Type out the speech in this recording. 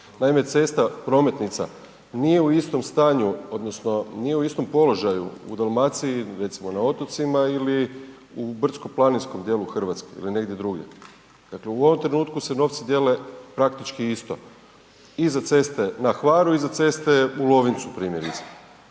Naime cesta, prometnica nije u istom stanju, odnosno nije u istom položaju u Dalmaciji, recimo na otocima ili u brdsko-planinskom dijelu Hrvatske ili negdje drugdje. Dakle u ovom trenutku se novci dijele praktički isto i za ceste na Hvaru i za ceste u Lovincu, primjerice,